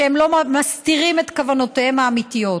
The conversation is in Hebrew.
שהם לא מסתירים את כוונותיהם האמיתיות.